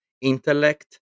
Intellect